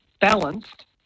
balanced